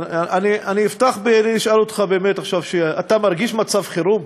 אני אפתח ואני באמת אשאל אותך עכשיו שאלה: אתה מרגיש מצב חירום?